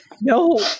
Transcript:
no